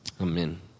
Amen